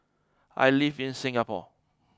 I live in Singapore